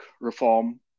reform